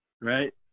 right